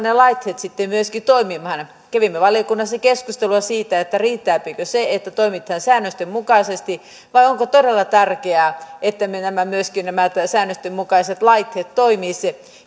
ne laitteet myöskin toimimaan kävimme valiokunnassa keskustelua siitä riittääkö se että toimitaan säännösten mukaisesti vai onko todella tärkeää että myöskin nämä säännösten mukaiset laitteet toimisivat